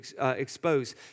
exposed